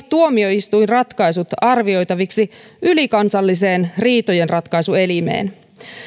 tuomioistuinratkaisut arvioitaviksi ylikansalliseen riitojenratkaisu elimeen